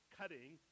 cutting